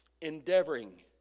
Endeavoring